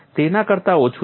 તેના કરતા ઓછું છે